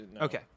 Okay